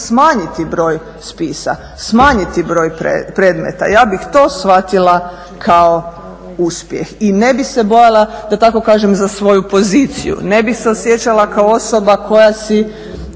smanjiti broj spisa, smanjiti broj predmeta. Ja bih to shvatila kao uspjeh i ne bi se bojala, da tako kažem za svoju poziciju, ne bih se osjećala kao osoba koja si